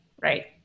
Right